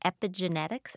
epigenetics